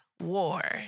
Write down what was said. war